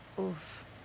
oof